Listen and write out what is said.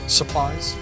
supplies